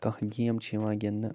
کانٛہہ گیم چھِ یِوان گِنٛدنہٕ